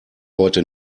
heute